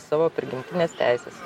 savo prigimtines teises